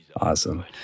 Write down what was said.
Awesome